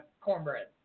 Cornbread